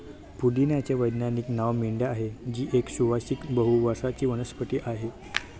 पुदिन्याचे वैज्ञानिक नाव मेंथा आहे, जी एक सुवासिक बहु वर्षाची वनस्पती आहे